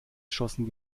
schossen